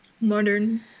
modern